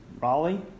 Raleigh